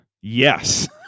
Yes